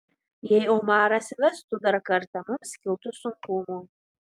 jei omaras vestų dar kartą mums kiltų sunkumų